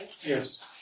Yes